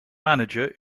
manager